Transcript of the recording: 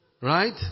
Right